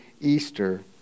Easter